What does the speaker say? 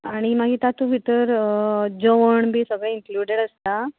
आनी मागीर तातूंत भितर जेवण बीन सगळें इन्कल्यूडीड आसता